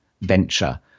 venture